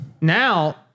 Now